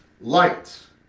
light